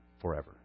forever